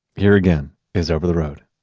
here again is over the road.